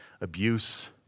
Abuse